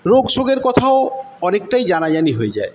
রোগ সোগের কথাও অনেকটাই জানাজানি হয়ে যায়